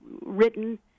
written